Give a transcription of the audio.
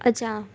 અચ્છા